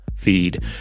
feed